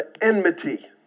enmity